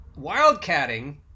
wildcatting